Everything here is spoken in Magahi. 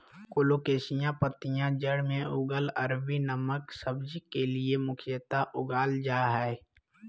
कोलोकेशिया पत्तियां जड़ में लगल अरबी नामक सब्जी के लिए मुख्यतः उगाल जा हइ